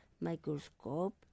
microscope